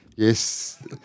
Yes